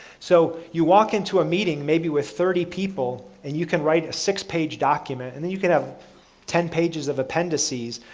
so, you walk into a meeting maybe with thirty people and you can write a six page document and then you can have ten pages of appendices.